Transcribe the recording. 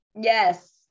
yes